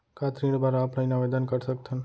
का ऋण बर ऑफलाइन आवेदन कर सकथन?